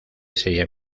serían